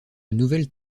nouvelles